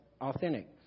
authentic